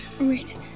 Right